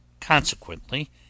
consequently